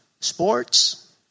sports